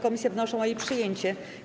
Komisje wnoszą o jej przyjęcie.